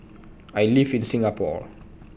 I live in Singapore